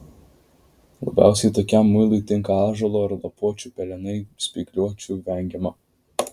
labiausiai tokiam muilui tinka ąžuolo ar lapuočių pelenai spygliuočių vengiama